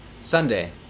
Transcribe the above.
Sunday